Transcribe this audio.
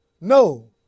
No